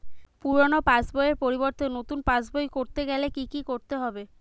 পুরানো পাশবইয়ের পরিবর্তে নতুন পাশবই ক রতে গেলে কি কি করতে হবে?